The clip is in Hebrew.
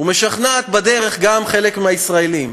ומשכנעת בדרך גם חלק מהישראלים.